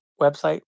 website